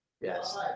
yes